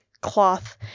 cloth